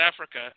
Africa